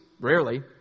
rarely